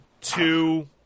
two